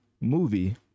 movie